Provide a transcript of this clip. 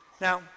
Now